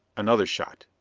another shot.